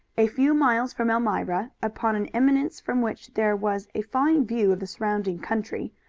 a few miles from elmira, upon an eminence from which there was a fine view of the surrounding country,